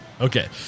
okay